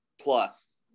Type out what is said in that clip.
plus